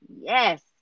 Yes